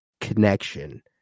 connection